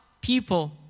people